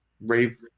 rave